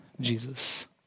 Jesus